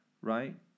right